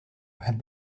had